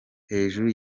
hejuru